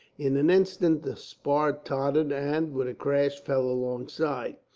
in an instant the spar tottered and, with a crash, fell alongside.